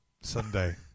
Sunday